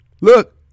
look